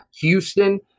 Houston